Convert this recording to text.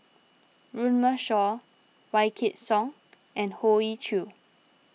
Runme Shaw Wykidd Song and Hoey Choo